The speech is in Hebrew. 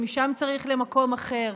ומשם צריך למקום אחר,